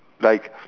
like